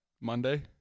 Monday